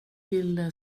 vill